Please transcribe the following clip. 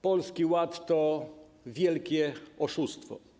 Polski Ład to wielkie oszustwo.